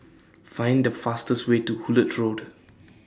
Find The fastest Way to Hullet Road